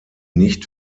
nicht